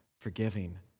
Forgiving